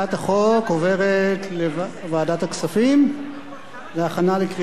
ההצעה להעביר את הצעת חוק